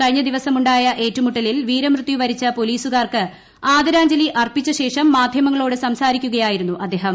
കഴിഞ്ഞ ദിവസമുണ്ടായ ഏറ്റുമുട്ടലിൽ വീരമൃത്യുവരിച്ച പൊലീസുകാർക്ക് ആദരാഞ്ജലി അർപ്പിച്ചശേഷം മാധ്യമങ്ങളോട് സംസാരിക്കുകയായിരുന്നു അദ്ദേഹം